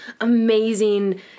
amazing